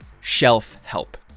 shelf-help